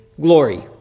glory